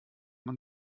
man